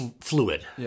fluid